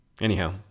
anyhow